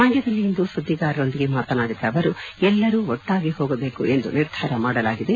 ಮಂಡ್ಯದಲ್ಲಿಂದು ಸುದ್ದಿಗಾರರೊಂದಿಗೆ ಮಾತನಾಡಿದ ಅವರು ಎಲ್ಲರೂ ಒಟ್ಟಾಗಿ ಹೋಗಬೇಕು ಎಂದು ನಿರ್ಧಾರ ಮಾಡಲಾಗಿದೆ